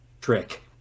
trick